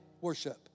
worship